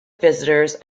visitors